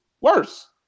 worse